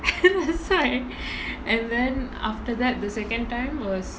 that's why and then after that the second time was